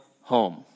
home